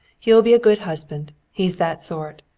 he'll be a good husband. he's that sort.